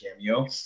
cameo